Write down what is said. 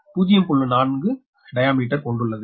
4 diameter கொண்டுள்ளது